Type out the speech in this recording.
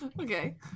okay